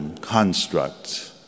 construct